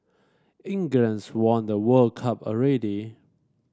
England's won the World Cup already